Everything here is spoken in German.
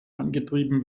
angetrieben